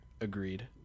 Agreed